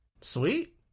Sweet